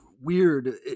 weird